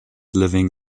living